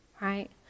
right